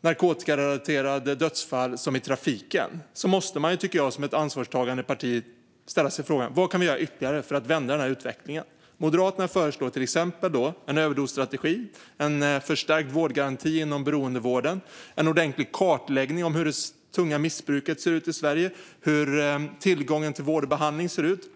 narkotikarelaterade dödsfall här som i trafiken - måste man som ett ansvarstagande parti, tycker jag, ställa sig frågan: Vad kan vi göra ytterligare för att vända den här utvecklingen? Moderaterna föreslår till exempel en överdosstrategi, en förstärkt vårdgaranti inom beroendevården och en ordentlig kartläggning av hur det tunga missbruket ser ut i Sverige och hur tillgången till vård och behandling ser ut.